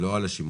לא על השימוש.